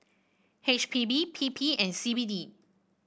H P B P P and C B D